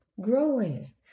growing